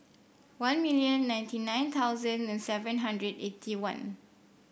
one million ninety nine thousand and seven hundred eighty one